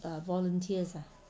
err volunteers ah